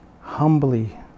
humbly